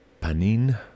Panin